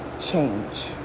Change